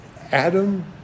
Adam